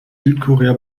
südkorea